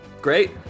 Great